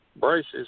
braces